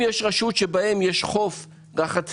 אם יש רשות שיש בה חוף רחצה,